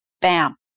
bam